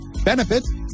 benefits